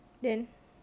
then